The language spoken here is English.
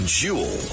jewel